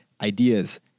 ideas